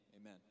Amen